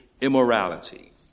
immorality